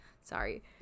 Sorry